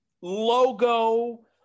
logo